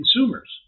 consumers